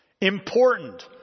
Important